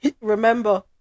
Remember